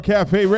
Cafe